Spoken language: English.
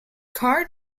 car